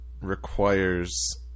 requires